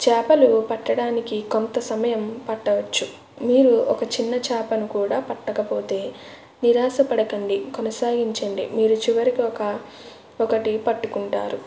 చాపలు పట్టడానికి కొంత సమయం పట్టవచ్చు మీరు ఒక చిన్న చాపను కూడా పట్టకపోతే నిరాశ పడకండి కొనసాగించండి మీరు చివరిగా ఒక ఒకటి పట్టుకుంటారు